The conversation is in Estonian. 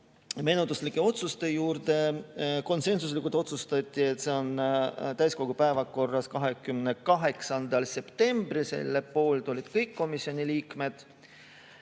menetluslike otsuste juurde. Konsensuslikult otsustati, et see eelnõu on täiskogu päevakorras 28. septembril. Selle poolt olid kõik komisjoni liikmed.